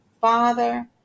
Father